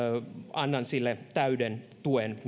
annan sille täyden tuen